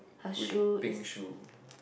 with pink shoe